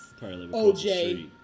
OJ